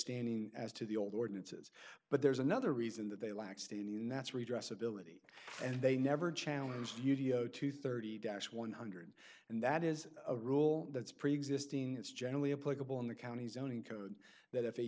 standing as to the old ordinances but there's another reason that they lack state and that's redress ability and they never challenge you to zero to thirty dash one hundred and that is a rule that's preexisting it's generally a political in the county zoning code that if the